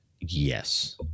Yes